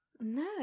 No